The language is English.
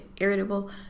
irritable